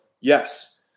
yes